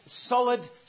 solid